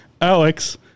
Alex